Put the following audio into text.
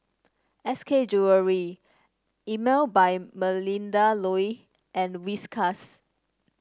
S K Jewellery Emel by Melinda Looi and Whiskas